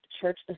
church